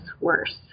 worse